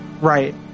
Right